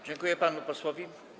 Dziękuję panu posłowi.